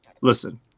listen